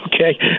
Okay